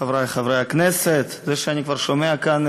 חברי חברי הכנסת, זה שאני כבר שומע כאן